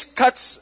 cuts